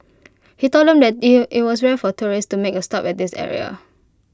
he told them that IT it was rare for tourists to make A stop at this area